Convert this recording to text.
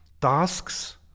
tasks